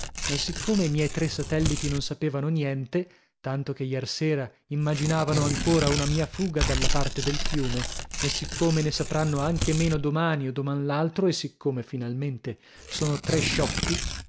ma siccome i miei tre satelliti non sapevano niente tanto che iersera immaginavano ancora una mia fuga dalla parte del fiume e siccome ne sapranno anche meno domani o doman l'altro e siccome finalmente sono tre sciocchi